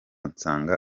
nsanga